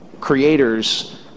creators